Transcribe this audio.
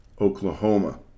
Oklahoma